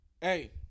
hey